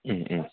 उम उम